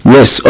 Yes